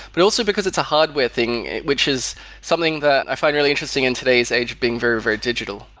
but also because it's a hardware thing, which is something that i find really interesting in today's age being very, very digital.